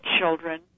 children